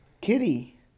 kitty